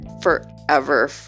forever